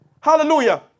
Hallelujah